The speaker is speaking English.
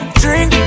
drink